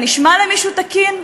זה נשמע למישהו תקין?